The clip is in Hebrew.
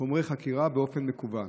חומרי חקירה באופן מקוון.